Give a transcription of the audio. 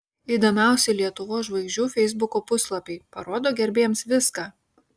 įdomiausi lietuvos žvaigždžių feisbuko puslapiai parodo gerbėjams viską